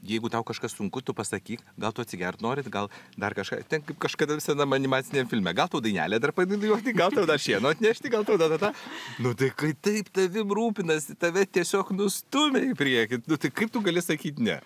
jeigu tau kažkas sunku tu pasakyk gal tu atsigerti norite gal dar kažkas ten kaip kažkada senam animaciniam filme gal tau dainelę dar pradedu bijoti gal tada šieno atnešti gal ta ta ta nu tai kai taip tavimi rūpinasi tave tiesiog nu stumia į priekį nu tai kaip tu gali sakyt ne